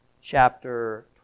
chapter